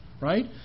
right